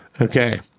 Okay